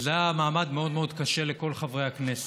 וזה היה מעמד מאוד מאוד קשה לכל חברי הכנסת.